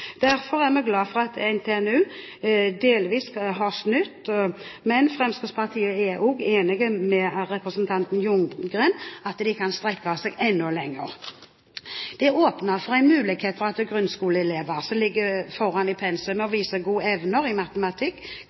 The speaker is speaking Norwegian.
Derfor er vi glade for at NTNU delvis har snudd, men Fremskrittspartiet er også enige med representanten Ljunggren i at de kan strekke seg enda lenger. Det er åpnet for en mulighet for at grunnskoleelever som ligger foran i pensum og viser gode evner i matematikk,